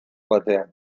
batean